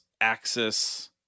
axis